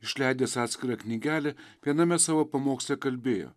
išleidęs atskirą knygelę viename savo pamoksle kalbėjo